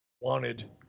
wanted